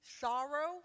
Sorrow